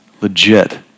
legit